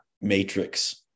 matrix